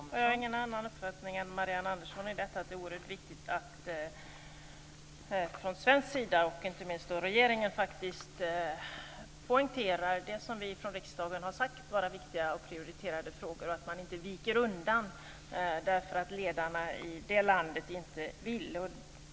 Fru talman! Jag har ingen annan uppfattning än Marianne Andersson i detta att det vore viktigt att man från svensk sida och inte minst från regeringens sida faktiskt poängterar det som vi från riksdagen har sagt vara viktiga och prioriterade frågor och att man inte viker undan därför att ledarna i det landet inte vill.